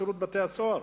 בשירות בתי-הסוהר,